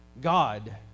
God